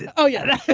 yeah oh yeah,